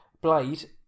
blade